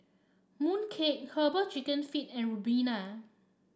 Mooncake herbal chicken feet and Ribena